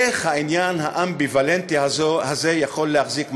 איך העניין האמביוולנטי הזה יכול להחזיק מעמד?